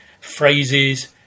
phrases